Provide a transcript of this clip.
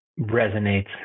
resonates